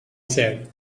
said